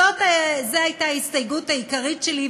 זאת הייתה ההסתייגות העיקרית שלי,